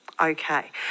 Okay